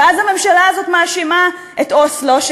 ואז הממשלה מאשימה את אוסלו,